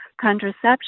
contraception